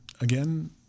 Again